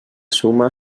suma